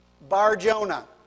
Bar-Jonah